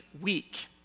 week